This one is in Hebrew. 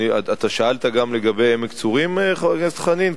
שאלת גם לגבי עמק-צורים, חבר הכנסת חנין?